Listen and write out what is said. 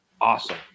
awesome